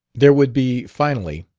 there would be, finally,